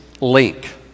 link